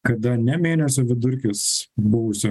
kada ne mėnesio vidurkis buvusio